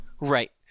Right